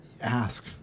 ask